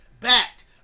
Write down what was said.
backed